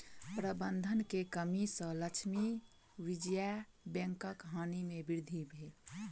प्रबंधन के कमी सॅ लक्ष्मी विजया बैंकक हानि में वृद्धि भेल